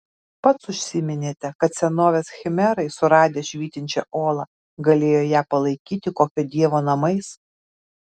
pats užsiminėte kad senovės khmerai suradę švytinčią olą galėjo ją palaikyti kokio dievo namais